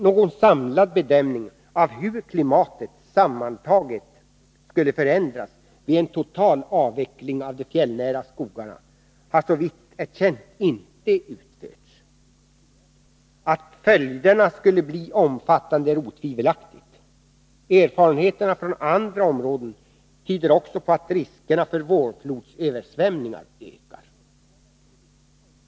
Någon samlad bedömning av hur klimatet sammantaget skulle förändras vid en total avveckling av de fjällnära skogarna har, såvitt är känt, inte utförts. Att följderna skulle bli omfattande är otvivelaktigt. Erfarenheterna från andra områden tyder också på att riskerna för vårflodsöversvämningar ökar.